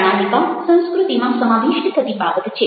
પ્રણાલિકા સંસ્કૃતિમાં સમાવિષ્ટ થતી બાબત છે